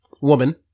woman